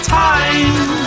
time